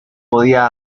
podía